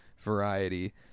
variety